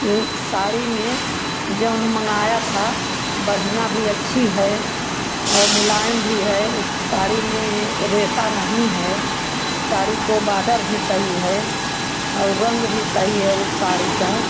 ये साड़ी में जऊन मंगाया था बढ़िया भी अच्छी है और मुलायम भी है उस साड़ी में रेशा नहीं है साड़ी को बाडर भी सही है अऊर रंग भी सही है उस साड़ी का